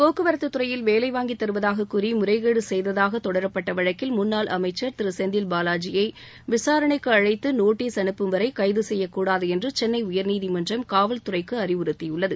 போக்குவரத்துத் துறையில் வேலை வாங்கித் தருவதாக கூறி முறைகேடு செய்ததாக தொடரப்பட்ட வழக்கில் முன்னாள் அமைச்ச் திரு செந்தில் பாலாஜியை விசாரணைக்கு அழைத்து நோட்டீஸ் அனுப்பும்வரை கைது செய்யக்கூடாது என்று சென்னை உயா்நீதிமன்றம் காவல்துறைக்கு அறிவுறுத்தியுள்ளது